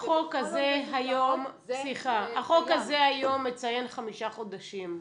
החוק הזה היום מציין חמישה חודשים,